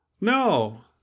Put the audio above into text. No